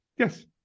Yes